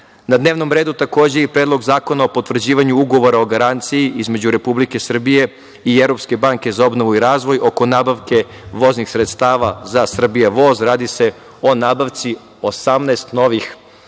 dnevnom redu takođe je i Predlog zakona o potvrđivanju Ugovora o garanciji između Republike Srbije i Evropske banke za obnovu i razvoj oko nabavke voznih sredstva za „Srbija voz“. Radi se o nabavci 18 novih